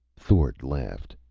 thord laughed.